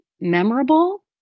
memorable